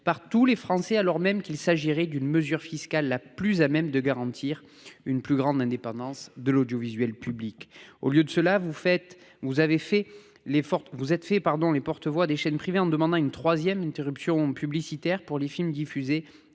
dont tous les Français seraient redevables. Il s'agirait pourtant de la mesure fiscale la plus à même de garantir la plus grande indépendance de l'audiovisuel public. Au lieu de cela, vous vous êtes fait les porte-voix des chaînes privées, en demandant une troisième interruption publicitaire pour les films diffusés